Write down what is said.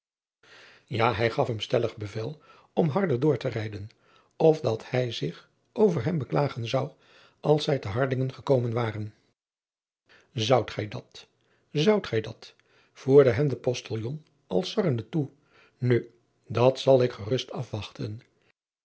a hij gaf hem stellig bevel om harder door te rijden of dat hij zich over hem beklagen zou als zij te ardingen gekomen waren oudt gij dat zoudt gij dat voerde hem de ostiljon al sarrende toe nu dat zal ik gerust afwachten